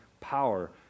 power